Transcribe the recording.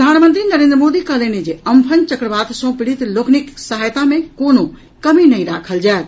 प्रधानमंत्री नरेन्द्र मोदी कहलनि अछि जे अम्फन चक्रवात सँ पीड़ित लोकनिक सहायता मे कोनो कमी नहि राखल जायत